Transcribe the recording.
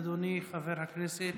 אדוני חבר הכנסת